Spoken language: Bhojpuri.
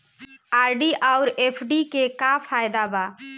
आर.डी आउर एफ.डी के का फायदा बा?